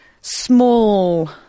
small